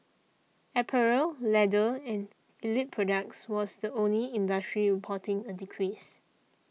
apparel leather and allied products was the only industry reporting a decrease